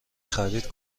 خرید